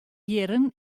jierren